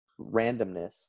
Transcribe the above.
randomness